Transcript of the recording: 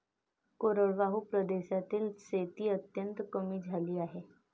कोरडवाहू प्रदेशातील शेती अत्यंत कमी झाली आहे